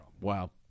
Wow